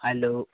hello